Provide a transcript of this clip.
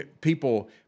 people